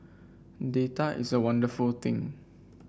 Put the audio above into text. data is a wonderful thing